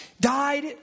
died